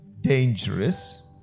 dangerous